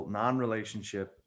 non-relationship